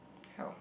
help